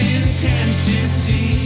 intensity